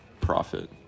Profit